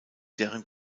deren